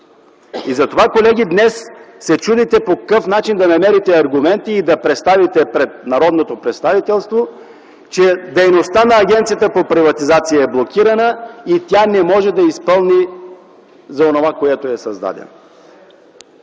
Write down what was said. Затова, колеги, днес се чудите по какъв начин да намерите аргументи и да представите пред народното представителство, че дейността на Агенцията по приватизация е блокирана и тя не може да изпълни онова, за което е създадена.